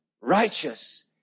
righteous